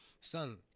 son